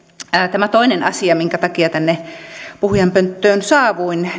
tämä toinen asia minkä takia tänne puhujanpönttöön saavuin